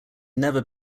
never